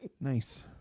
Nice